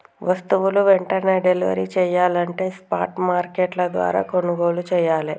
వస్తువులు వెంటనే డెలివరీ చెయ్యాలంటే స్పాట్ మార్కెట్ల ద్వారా కొనుగోలు చెయ్యాలే